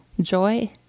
Joy